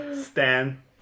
Stan